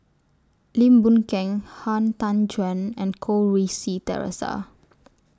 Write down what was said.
Lim Boon Keng Han Tan Juan and Goh Rui Si Theresa